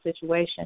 situation